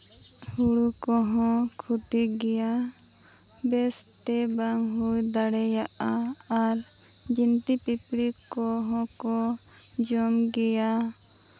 ᱦᱩᱲᱩ ᱠᱚᱦᱚᱸ ᱠᱷᱚᱛᱤᱜ ᱜᱮᱭᱟ ᱵᱮᱥᱛᱮ ᱵᱟᱝ ᱦᱩᱭ ᱫᱟᱲᱮᱭᱟᱜᱼᱟ ᱟᱨ ᱡᱤᱱᱛᱤᱼᱯᱤᱯᱲᱤ ᱠᱚᱦᱚᱸ ᱠᱚ ᱡᱚᱢ ᱜᱮᱭᱟ